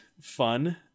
fun